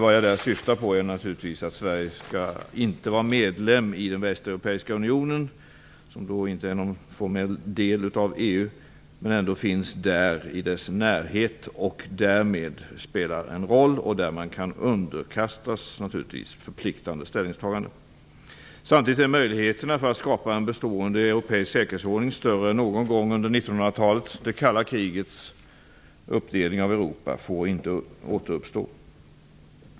Vad jag därmed syftar på är naturligtvis att Sverige inte skall vara medlem i den västeuropeiska unionen, som inte är någon formell del av EU men ändå finns i dess närhet och därmed spelar en roll så till vida att man kan underkastas förpliktande ställningstaganden. Samtidigt är möjligheterna för att skapa en bestående europeisk säkerhetsordning större än någon gång under 1900-talet. Det kalla krigets uppdelning av Europa får inte återuppstå.